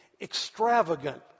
extravagant